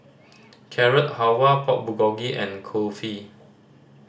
Carrot Halwa Pork Bulgogi and Kulfi